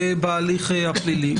בהליך הפלילי.